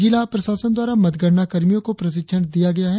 जिला प्रशासन द्वारा मतगणना कर्मियों को प्रशिक्षण दिया गया है